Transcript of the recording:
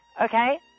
okay